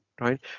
right